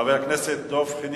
חבר הכנסת דב חנין.